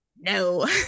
no